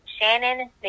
Shannon